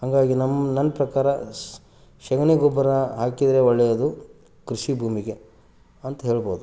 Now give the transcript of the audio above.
ಹಾಗಾಗಿ ನಮ್ಮ ನನ್ನ ಪ್ರಕಾರ ಸ ಸಗಣಿ ಗೊಬ್ಬರ ಹಾಕಿದ್ರೆ ಒಳ್ಳೆಯದು ಕೃಷಿ ಭೂಮಿಗೆ ಅಂತ್ಹೇಳ್ಬೋದು